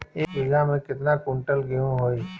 एक बीगहा में केतना कुंटल गेहूं होई?